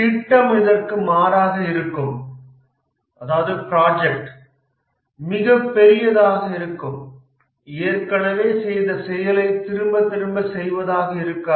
திட்டம் இதற்கு மாறாக இருக்கும் மிகப் பெரியதாக இருக்கும் ஏற்கனவே செய்த செயலை திரும்ப திரும்ப செய்வதாக இருக்காது